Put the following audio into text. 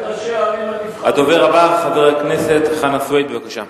הדובר הבא, חבר הכנסת חנא סוייד, בבקשה.